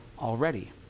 already